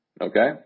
Okay